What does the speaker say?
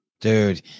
Dude